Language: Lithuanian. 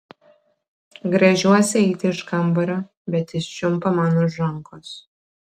gręžiuosi eiti iš kambario bet jis čiumpa man už rankos